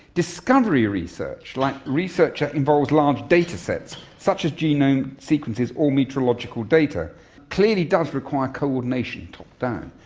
discovery research, like research that involves large datasets such as genome sequences or meteorological data clearly does require coordination top-down.